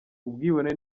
ubwibone